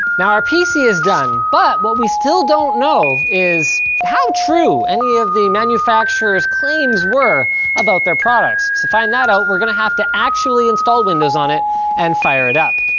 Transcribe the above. now our pc is done, but what we still don't know is how true any of the manufacturer's claims were about their products. to find that out, we're gonna have to actually install windows on it and fire it up.